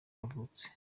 yavutse